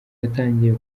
yatangiye